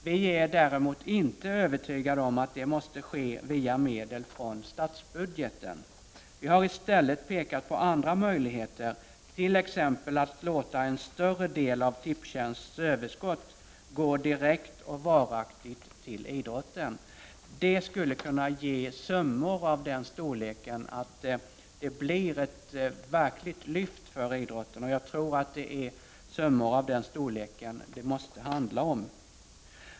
Vi är däremot inte övertygade om att det måste ske genom medel från statsbudgeten. Vi har i stället visat på andra möjligheter, t.ex. att låta en större del av tipstjänsts överskott gå direkt och varaktigt till idrotten. Det skulle kunna ge sådana summor att de blir ett verkligt lyft för idrotten. Jag tror att det är summor av den storleken som det måste handla om.